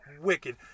wicked